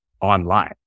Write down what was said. online